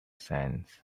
sands